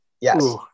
Yes